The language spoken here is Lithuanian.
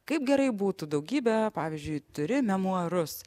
kaip gerai būtų daugybę pavyzdžiui turi memuarus